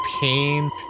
pain